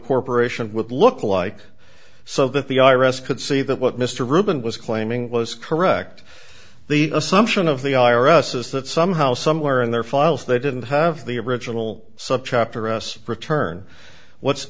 corporation would look like so that the i r s could see that what mr ruben was claiming was correct the assumption of the i r s is that somehow somewhere in their files they didn't have the original subchapter s return what's